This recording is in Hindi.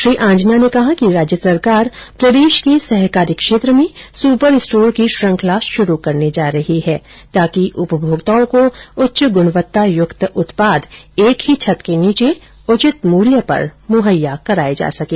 श्री आंजना ने कहा कि राज्य सरकार प्रदेश के सहॅकारी क्षेत्र में सुपर स्टोर की श्रंखला शुरू करने जा रही है ताकि उपभोक्ताओं को उच्च गुणवत्ता युक्त उत्पाद एक ही छत के नीचे उचित मुल्य पर मुहैया कराये जा सकें